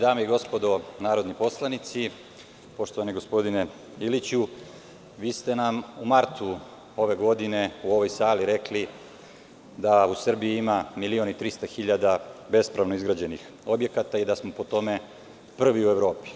Dame i gospodo narodni poslanici, poštovani gospodine Iliću, vi ste nam u martu ove godine u ovoj sali rekli da u Srbiji ima 1.300.000 bespravno izgrađenih objekata i da smo po tome prvi u Evropi.